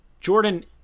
Jordan